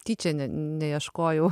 tyčia ne neieškojau